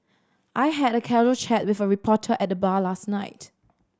I had a casual chat with a reporter at the bar last night